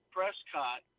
Prescott